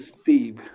Steve